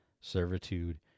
servitude